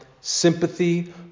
sympathy